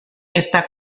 está